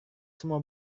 semua